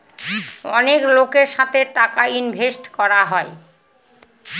অনেক লোকের সাথে টাকা ইনভেস্ট করা হয়